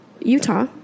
Utah